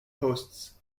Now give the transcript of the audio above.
hosts